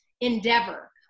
endeavor